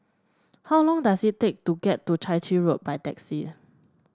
how long does it take to get to Chai Chee Road by taxi